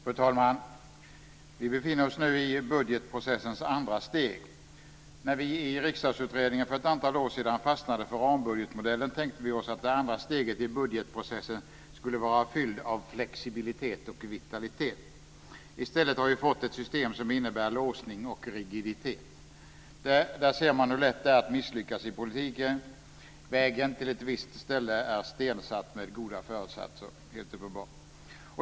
Fru talman! Vi befinner oss nu i budgetprocessens andra steg. När vi i Riksdagsutredningen för ett antal år sedan fastnade för rambudgetmodellen tänkte vi oss att det andra steget i budgetprocessen skulle vara fyllt av flexibilitet och vitalitet. I stället har vi fått ett system som innebär låsning och rigiditet. Där ser man hur lätt det är att misslyckas i politiken. Vägen till ett visst ställe är helt uppenbart stensatt med goda föresatser.